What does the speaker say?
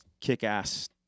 kick-ass